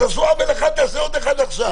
עשו עוול אחד, תעשה עוד אחד עכשיו?